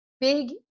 big